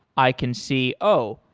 i can see, oh!